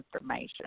information